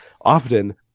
Often